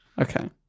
Okay